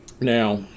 Now